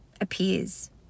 appears